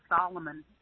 Solomon